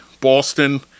boston